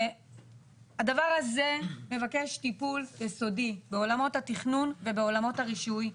הדבר הזה מבקש טיפול יסודי בעולמות התכנון ובעולמות הרישוי.